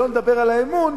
שלא נדבר על האמון,